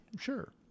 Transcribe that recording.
Sure